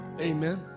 Amen